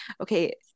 okay